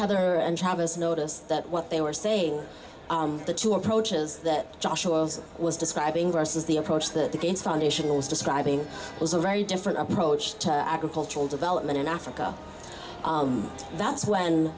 heather and travis noticed that what they were saying the two approaches that joshua was describing versus the approach that again foundational was describing was a very different approach to agricultural development in africa that's when